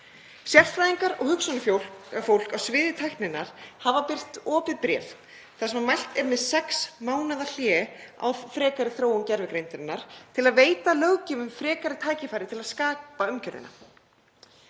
Sérfræðingar og hugsjónafólk á sviði tækninnar hafa birt opið bréf þar sem mælt er með sex mánaða hléi á frekari þróun gervigreindarinnar til að veita löggjöfum frekari tækifæri til að skapa umgjörðina.